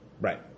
Right